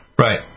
Right